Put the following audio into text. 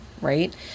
right